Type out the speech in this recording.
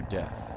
death